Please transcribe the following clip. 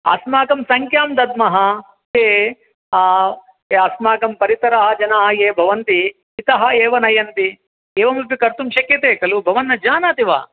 अस्माकं संख्यां दद्मः ये ये अस्माकं परिसरः जनाः ये भवन्ति इतः एव नयन्ति एवमपि कर्तुं शक्यते खलु भवान् न जानाति वा